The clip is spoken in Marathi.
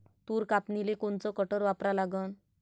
तूर कापनीले कोनचं कटर वापरा लागन?